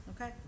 Okay